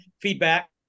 feedback